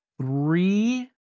three